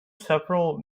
several